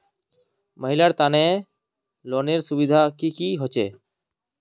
महिलार तने लोनेर सुविधा की की होचे?